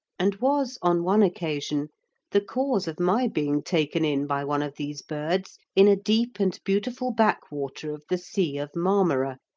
and was on one occasion the cause of my being taken in by one of these birds in a deep and beautiful backwater of the sea of marmora,